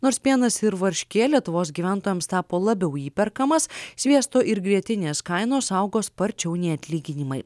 nors pienas ir varškė lietuvos gyventojams tapo labiau įperkamas sviesto ir grietinės kainos augo sparčiau nei atlyginimai